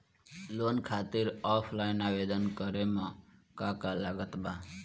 Loan खातिर offline आवेदन करे म का का लागत बा?